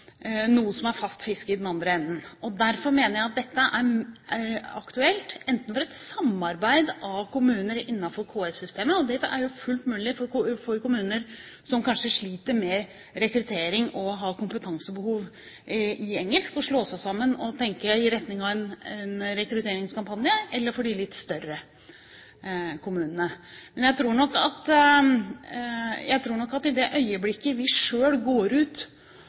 noe som er fast fisk i den andre enden. Derfor mener jeg at dette er aktuelt for et samarbeid av kommuner innenfor KS-systemet. Det er fullt mulig for kommuner som kanskje sliter med rekruttering og har kompetansebehov i engelsk, å slå seg sammen og tenke i retning av en rekrutteringskampanje, eller for de litt større kommunene. Men jeg tror nok at i det øyeblikket staten selv går ut